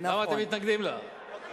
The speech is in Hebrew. למה אתם מתנגדים לה?